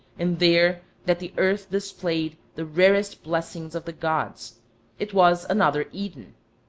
and there that the earth displayed the rarest blessings of the gods it was another eden.